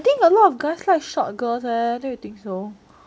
I think a lot of guys like short girls leh don't you think so